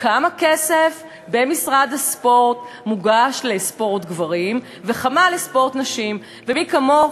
כמה כסף במשרד הספורט מוגש לספורט גברים וכמה לספורט נשים מי כמוך,